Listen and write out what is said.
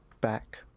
back